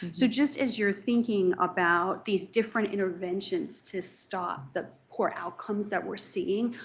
so just as you are thinking about these different interventions to stop the poor outcomes that we are seeing,